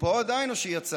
הוא עדיין פה או שהוא יצא?